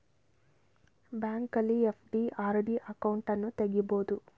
ಬ್ಯಾಂಕಲ್ಲಿ FD, RD ಅಕೌಂಟನ್ನು ತಗಿಬೋದು